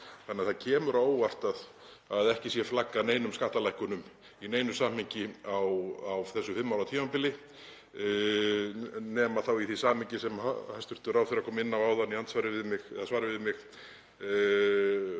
þannig að það kemur á óvart að ekki sé flaggað neinum skattalækkunum í neinu samhengi á þessu fimm ára tímabili nema þá í því samhengi sem hæstv. ráðherra kom inn á áðan í andsvari við mig um mögulega